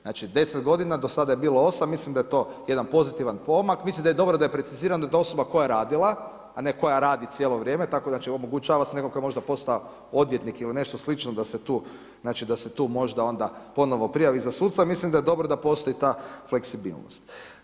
Znači, 10 godina, do sada je bilo 8. Mislim da je to jedan pozitivan pomak i mislim da je dobro da je precizirano da osoba koja je radila, a ne koja radi cijelo vrijeme, tako da se omogućava nekome koji je možda postao odvjetnik ili nešto slično da se tu, znači da se tu, možda onda ponovo prijavi za suca, mislim da je dobro da postoji ta fleksibilnost.